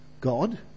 God